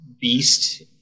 beast